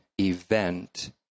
event